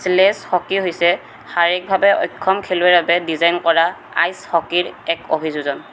sledge hockey হৈছে শাৰীৰিকভাৱে অক্ষম খেলুৱৈৰ বাবে ডিজাইন কৰা আইচ হকীৰ এক অভিযোজন